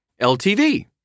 LTV